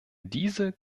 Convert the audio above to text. diese